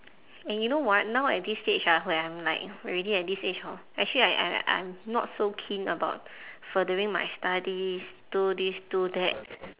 and you know what now at this stage ah where I'm like already at this age hor actually I I I'm not so keen about furthering my studies do this do that